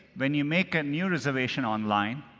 when you make a new reservation online,